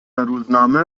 روزنامه